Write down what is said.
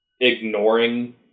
ignoring